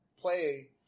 play